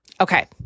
Okay